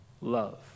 love